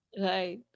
Right